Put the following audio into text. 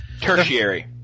Tertiary